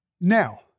Now